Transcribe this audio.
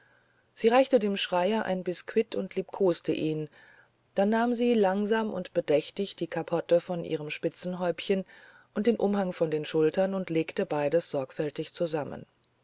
sie reichte dem schreier ein biskuit und liebkoste ihn dann nahm sie langsam und bedächtig die kapotte von ihrem spitzenhäubchen und den umhang von den schultern und legte beides sorgfältig zusammen